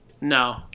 No